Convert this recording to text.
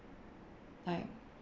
like